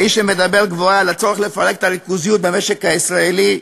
האיש שמדבר גבוהה על הצורך לפרק את הריכוזיות במשק הישראלי,